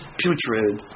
putrid